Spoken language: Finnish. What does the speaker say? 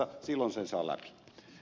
silloin sen saa läpi